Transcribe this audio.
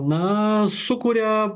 na sukuria